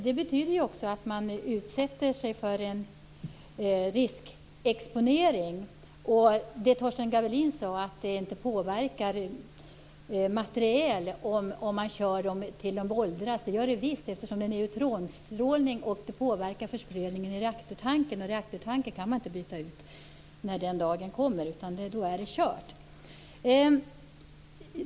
Det betyder också att man utsätter sig för en riskexponering. Det Torsten Gavelin sade var att materialet inte påverkas om man kör dem till de åldras. Det gör det visst, eftersom det är fråga om neutronstrålning, och den påverkar försprödningen i reaktortanken. Reaktortanken kan man inte byta ut när den dagen kommer. Då är det kört.